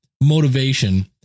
motivation